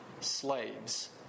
slaves